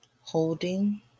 holding